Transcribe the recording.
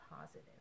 positive